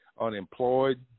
unemployed